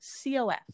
cof